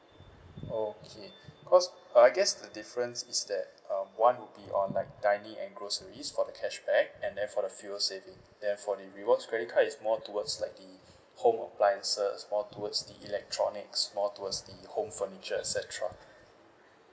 okay cause uh I guess the difference is that um one would be on like dining and groceries for the cashback and then for the fuel saving then for the rewards credit card is more towards like the home appliances more towards the electronics more towards the home furniture et cetera